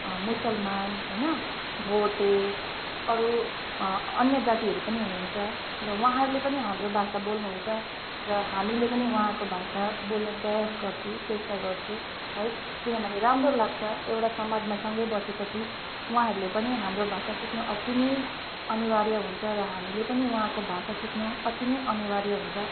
मुसलमान होइन भोटे अरू अन्य जातिहरू पनि हुनु हुन्छ र उहाँहरूले पनि हाम्रो भाषा बोल्नु हुन्छ र हामीले पनि उहाँहरूको भाषा बोल्ने प्रयास गर्छु चेष्टा गर्छु है किनभने राम्रो लाग्छ एउटा समाजमा सँगै बसे पछि उहाँहरूले पनि हाम्रो भाषा सिक्नु अति नै अनिवार्य हुन्छ र हामीले पनि उहाँको भाषा सिक्नु अति नै अनिवार्य हुन्छ